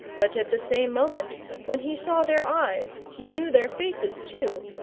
but at the same moment when he saw their eyes, he knew their faces too,